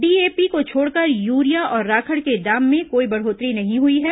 DAP को छोड़कर urea और राखड़ के दाम में कोई बढ़ोतरी नहीं हई है